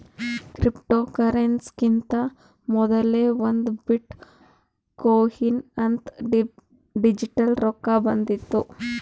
ಕ್ರಿಪ್ಟೋಕರೆನ್ಸಿಕಿಂತಾ ಮೊದಲೇ ಒಂದ್ ಬಿಟ್ ಕೊಯಿನ್ ಅಂತ್ ಡಿಜಿಟಲ್ ರೊಕ್ಕಾ ಬಂದಿತ್ತು